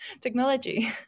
technology